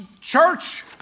church